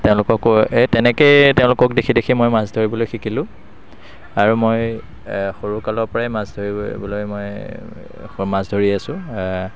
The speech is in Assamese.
তেওঁলোককো এই তেনেকৈয়ে তেওঁলোকক দেখি দেখি মই মাছ ধৰিবলৈ শিকিলোঁ আৰু মই সৰুৰ কালৰপৰাই মাছ ধৰিবলৈ মই মাছ ধৰি আছোঁ